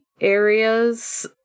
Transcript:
areas